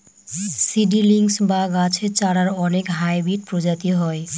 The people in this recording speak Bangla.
সিডিলিংস বা গাছের চারার অনেক হাইব্রিড প্রজাতি হয়